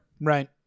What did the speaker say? right